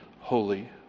holy